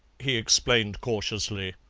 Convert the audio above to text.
he explained cautiously.